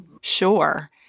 Sure